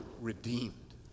redeemed